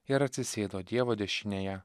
ir atsisėdo dievo dešinėje